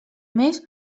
més